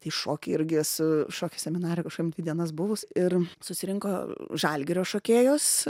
tai šokį irgi esu šokio seminare kažkokiam dvi dienas buvus ir susirinko žalgirio šokėjos